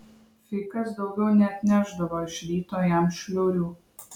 fikas daugiau neatnešdavo iš ryto jam šliurių